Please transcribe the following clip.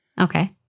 Okay